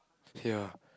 ya